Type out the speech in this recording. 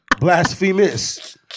Blasphemous